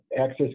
access